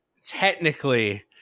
technically